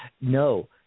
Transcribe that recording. No